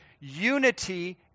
unity